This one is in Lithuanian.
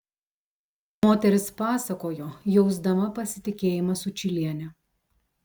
moteris pasakojo jausdama pasitikėjimą sučyliene